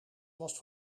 last